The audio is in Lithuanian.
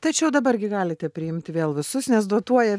tačiau dabar gi galite priimti vėl visus nes dotuoja